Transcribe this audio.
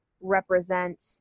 represent